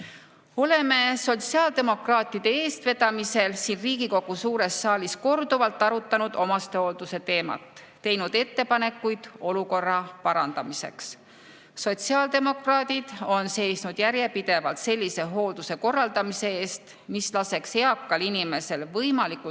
oleme sotsiaaldemokraatide eestvedamisel siin Riigikogu suures saalis korduvalt arutanud omastehoolduse teemat, teinud ettepanekuid olukorra parandamiseks. Sotsiaaldemokraadid on seisnud järjepidevalt hoolduse sellise korraldamise eest, mis laseks eakal inimesel võimalikult